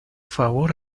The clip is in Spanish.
favor